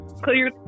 clear